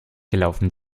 gelaufen